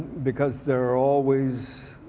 because there are always,